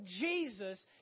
Jesus